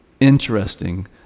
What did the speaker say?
Interesting